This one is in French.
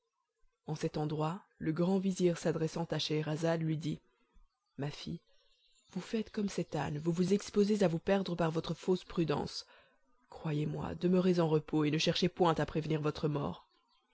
en cet endroit le grand vizir s'adressant à scheherazade lui dit ma fille vous faites comme cet âne vous vous exposez à vous perdre par votre fausse prudence croyez-moi demeurez en repos et ne cherchez point à prévenir votre mort